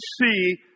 see